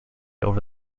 over